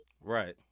Right